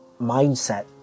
mindset